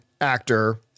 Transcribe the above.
actor